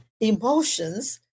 emotions